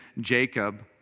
Jacob